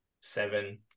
seven